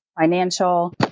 financial